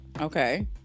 okay